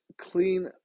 clean